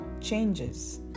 changes